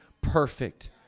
perfect